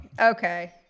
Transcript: Okay